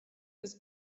this